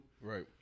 Right